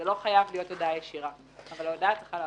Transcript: זאת לא חייבת להיות הודעה ישירה אבל ההודעה צריכה לעבור.